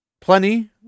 plenty